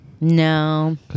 No